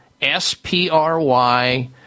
S-P-R-Y